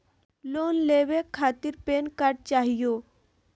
Loan लेवे खातीर PAN card चाहियो?